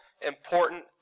important